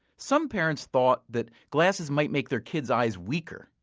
some parents thought that glasses might make their kids' eyes weaker,